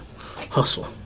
Hustle